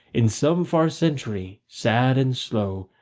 in some far century, sad and slow,